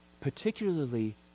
Particularly